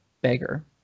beggar